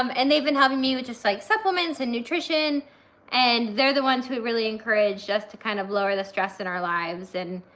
um and they've been helping me with just like supplements and nutrition and they're the ones who really encouraged us to kind of lower the stress in our lives and